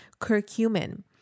curcumin